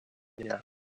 дня